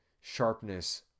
sharpness